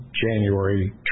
January